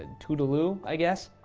and toodle-oo, i guess.